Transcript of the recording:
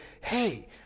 hey